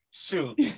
Shoot